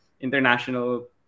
international